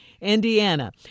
Indiana